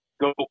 go